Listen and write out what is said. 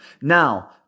Now